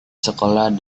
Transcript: sekolah